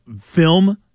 film